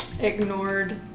ignored